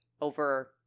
over